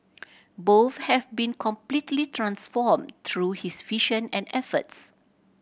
both have been completely transformed through his vision and efforts